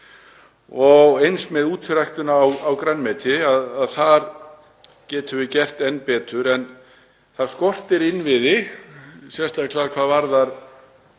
og eins með útiræktun á grænmeti, þar getum við gert enn betur. En það skortir innviði, sérstaklega hvað varðar